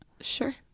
Sure